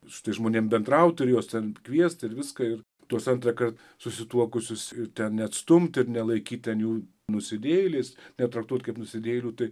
su tais žmonėm bendrauti ir juos ten kviest ir viską ir tuos antrąkart susituokusius ir ten neatstumt ir nelaikyt ten jų nusidėjėliais netraktuoti kaip nusidėjėlių tai